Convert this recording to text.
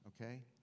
okay